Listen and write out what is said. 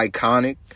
Iconic